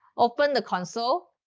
open the console.